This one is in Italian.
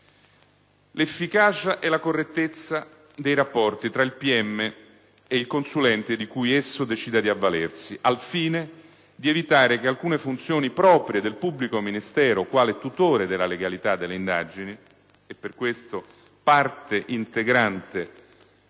L'efficacia e la correttezza dei rapporti tra il pubblico ministero ed il consulente di cui esso decida di avvalersi, al fine di evitare che alcune funzioni proprie del pubblico ministero, quale tutore della legalità delle indagini (e per questo parte integrante